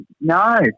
No